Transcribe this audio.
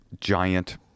giant